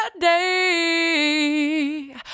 day